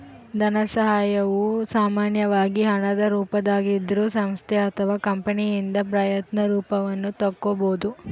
ಧನಸಹಾಯವು ಸಾಮಾನ್ಯವಾಗಿ ಹಣದ ರೂಪದಾಗಿದ್ರೂ ಸಂಸ್ಥೆ ಅಥವಾ ಕಂಪನಿಯಿಂದ ಪ್ರಯತ್ನ ರೂಪವನ್ನು ತಕ್ಕೊಬೋದು